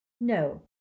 No